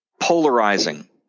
polarizing